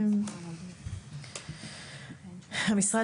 המשרד